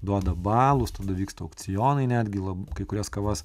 duoda balus tada vyksta aukcionai netgi lab kai kurias kavas